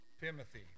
Timothy